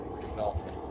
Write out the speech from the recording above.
development